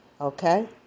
okay